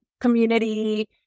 community